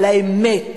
על האמת,